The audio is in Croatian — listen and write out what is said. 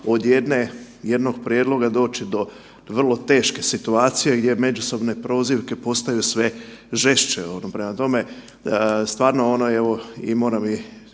jednog prijedloga doći do vrlo teške situacije gdje međusobne prozivke postaju sve žešće.